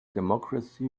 democracy